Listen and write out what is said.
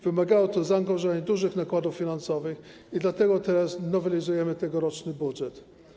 Wymagało o zaangażowania dużych nakładów finansowych i dlatego teraz nowelizujemy tegoroczny budżet.